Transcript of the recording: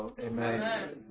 Amen